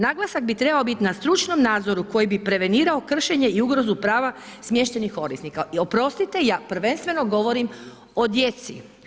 Naglasak bi trebao biti na stručnom nadzoru koji bi prevenirao kršenje i ugrozu prava smještenih korisnika i oprostite, ja prvenstveno govorim o djeci.